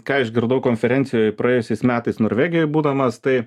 ką išgirdau konferencijoj praėjusiais metais norvegijoj būdamas tai